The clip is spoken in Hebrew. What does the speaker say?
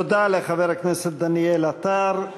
תודה לחבר הכנסת דניאל עטר.